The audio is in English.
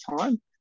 time